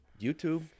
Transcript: YouTube